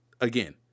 Again